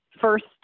First